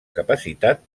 capacitat